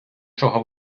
чого